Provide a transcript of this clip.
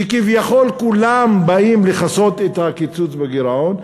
שכביכול כולם באים לכסות את הקיצוץ בגירעון,